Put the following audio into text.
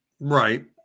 Right